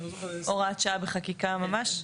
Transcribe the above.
הוראת שעה בחקיקה ממש?